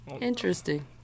Interesting